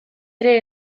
ere